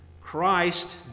Christ